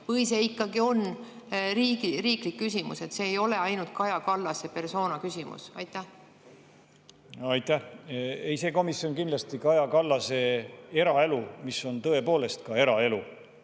või on see ikkagi riiklik küsimus, see ei ole ainult Kaja Kallase personaalküsimus? Aitäh! Ei, see komisjon kindlasti Kaja Kallase eraelu, mis on tõepoolest eraelu,